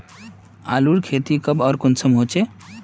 आलूर खेती कब आर कुंसम होचे?